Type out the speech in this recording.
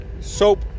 soap